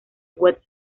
west